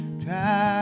Try